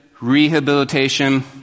rehabilitation